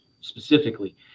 specifically